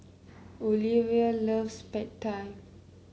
Olevia loves Pad Thai